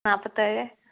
നാൽപ്പത്തേഴ്